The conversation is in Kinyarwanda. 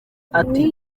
ati